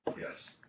Yes